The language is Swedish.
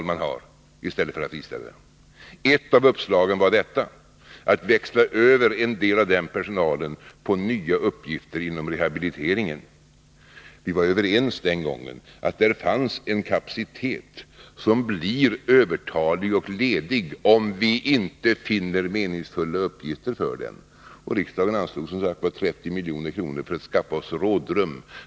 Ett av uppslagen var att föra över en del av den övertagliga personalen till nya uppgifter inom rehabiliteringen. Vi var den gången överens om att det fanns en kapacitet, som kommer att bli övertalig och ledig, om vi inte finner meningsfulla uppgifter för den. Riksdagen anslog som sagt 30 milj.kr. för att skaffa oss rådrum.